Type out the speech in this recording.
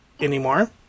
anymore